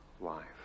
life